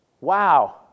wow